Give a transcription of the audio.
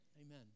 Amen